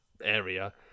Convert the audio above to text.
area